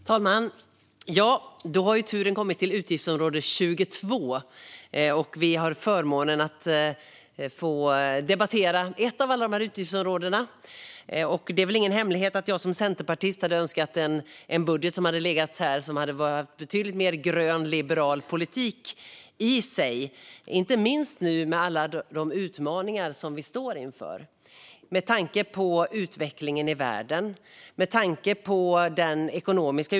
Herr talman! Då har turen kommit till utgiftsområde 22, som vi nu har förmånen att debattera. Det är väl ingen hemlighet att jag som centerpartist hade önskat en budget med betydligt mer liberal och grön politik, inte minst med tanke på alla de utmaningar vi står inför när det gäller utvecklingen i världen.